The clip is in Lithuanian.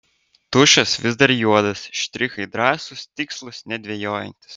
tušas vis dar juodas štrichai drąsūs tikslūs nedvejojantys